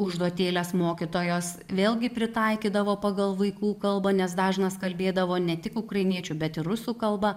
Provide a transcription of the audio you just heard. užduotėles mokytojos vėlgi pritaikydavo pagal vaikų kalbą nes dažnas kalbėdavo ne tik ukrainiečių bet ir rusų kalba